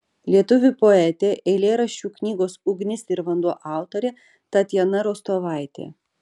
lietuvių poetė eilėraščių knygos ugnis ir vanduo autorė tatjana rostovaitė